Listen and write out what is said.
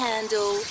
Handle